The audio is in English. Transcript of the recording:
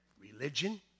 religion